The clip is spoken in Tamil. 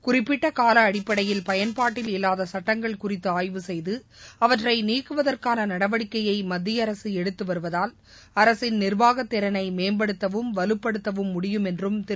குறிப்பிட்டகால அடிப்படையில் பயன்பாட்டில் இல்லாத சட்டங்கள் குறித்து ஆய்வு செய்து அவற்றை நீக்குவதற்கான நடவடிக்கையை மத்திய அரசு எடுத்து வருவதால் அரசின் நிர்வாக திறனை மேம்படுத்தவும் வலுப்படுத்தவும் முடியும் என்றும் திரு